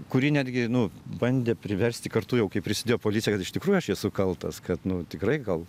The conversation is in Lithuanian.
kurį netgi nu bandė priversti kartu jau kai prisidėjo policija kad iš tikrųjų aš esu kaltas kad nu tikrai gal